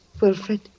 Wilfred